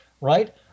right